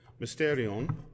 mysterion